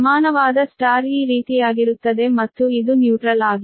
ಸಮಾನವಾದ Y ಈ ರೀತಿಯಾಗಿರುತ್ತದೆ ಮತ್ತು ಇದು ನ್ಯೂಟ್ರಲ್ ಆಗಿದೆ